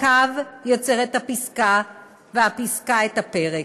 הקו יוצר את הפסקה והפסקה, את הפרק.